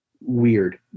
weird